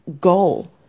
goal